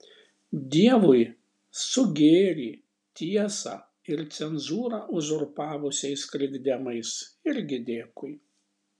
dievui su gėrį tiesą ir cenzūrą uzurpavusiais krikdemais irgi dėkui